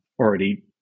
already